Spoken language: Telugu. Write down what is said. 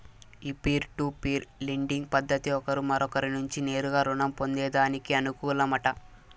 ఈ పీర్ టు పీర్ లెండింగ్ పద్దతి ఒకరు మరొకరి నుంచి నేరుగా రుణం పొందేదానికి అనుకూలమట